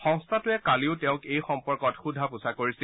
সংস্থাটোৱে কালিও তেওঁক এই সম্পৰ্কত সোধা পোচা কৰিছিল